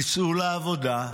תצאו לעבודה,